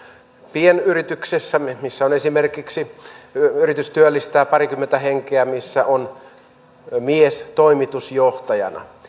pienyrityksessä missä yritys työllistää esimerkiksi parikymmentä henkeä ja missä mies on toimitusjohtajana